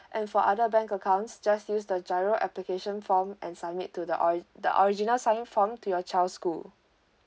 and for other bank accounts just use the giro application form and submit to the or the original sign form to your child school